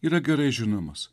yra gerai žinomas